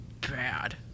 bad